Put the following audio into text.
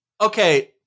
Okay